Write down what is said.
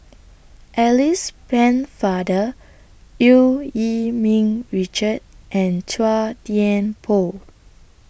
Alice Pennefather EU Yee Ming Richard and Chua Thian Poh